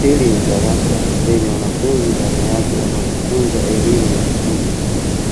Hili ni darasa lenye wanafunzi ndani yake wanaojifunza elimu ya ufundi,